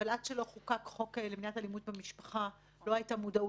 אבל עד שלא חוקק חוק למניעת אלימות במשפחה לא היתה מודעות,